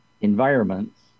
environments